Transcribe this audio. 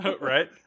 Right